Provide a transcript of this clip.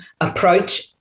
approach